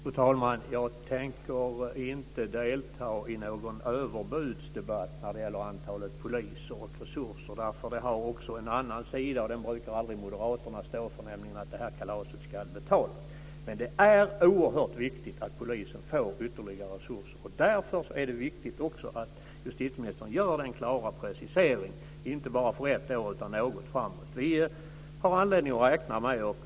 Fru talman! Jag tänker inte delta i någon överbudsdebatt när det gäller antalet poliser och resurser. Det har nämligen också en annan sida, som Moderaterna aldrig brukar stå för, dvs. att kalaset ska betalas. Men det är oerhört viktigt att polisen får ytterligare resurser. Därför är det också viktigt att justitieministern gör den klara preciseringen - inte bara för ett år utan något framåt. Vi har anledning att räkna med detta.